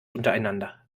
untereinander